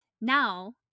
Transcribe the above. Now